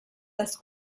das